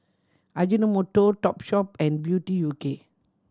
Ajinomoto Topshop and Beauty U K